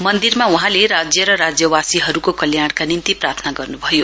मन्दिरमा वहाँले राज्य र राज्यवासीहरूको कल्याणका निम्ति प्रार्थना गर्नुभयो